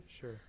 sure